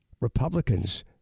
Republicans